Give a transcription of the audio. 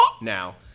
now